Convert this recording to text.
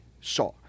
saw